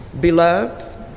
Beloved